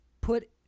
put